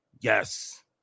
Yes